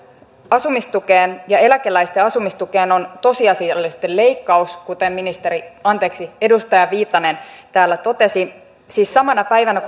asumistukeen ja eläkeläisten asumistukeen on tosiasiallisesti leikkaus kuten ministeri anteeksi edustaja viitanen täällä totesi siis samana päivänä